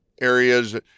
areas